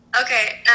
okay